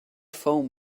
foam